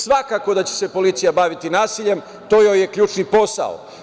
Svako da će se policija baviti nasiljem, to joj je ključni posao.